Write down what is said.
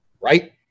right